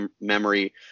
memory